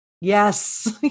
Yes